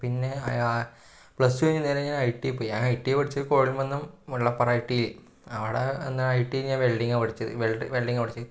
പിന്നെ plus two കഴിഞ്ഞ് ഞാൻ നേരെ ഐ ടി ഐയിൽ പോയി ഞാൻ ഐ ടി ഐ പഠിച്ചത് കോടിമന്നം മുല്ലപ്പെറ ഐ ടി ഐയിൽ അവിടെ അന്ന് ഐ ടി ഐ ഞാൻ വെൽഡിംഗാ പഠിച്ചത് വെൽഡിംഗ് പഠിച്ചത്